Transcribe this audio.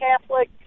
Catholic